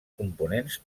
components